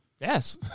Yes